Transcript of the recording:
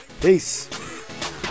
peace